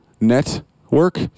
Network